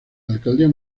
alcaldía